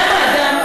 למה אדם,